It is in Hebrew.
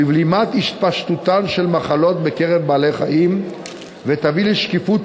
בבלימת התפשטותן של מחלות בקרב בעלי-חיים ותביא לשקיפות